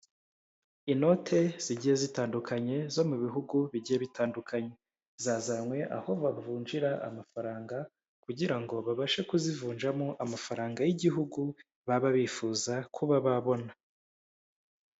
Inote zigiye zitandukanye zo mu bihugu bigiye bitandukanye, zazanywe aho bavunjira amafaranga kugira ngo babashe kuzivunjamo amafaranga y'igihugu baba bifuza kuba babona.